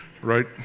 right